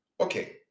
Okay